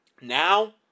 Now